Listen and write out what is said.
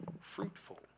fruitful